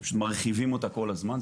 שמרחיבים אותה כל הזמן,